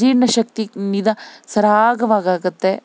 ಜೀರ್ಣ ಶಕ್ತಿ ನಿದಾ ಸರಾಗವಾಗಿ ಆಗುತ್ತೆ